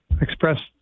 express